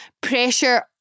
pressure